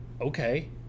Okay